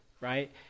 right